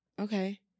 okay